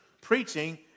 preaching